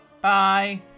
Bye